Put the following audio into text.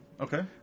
Okay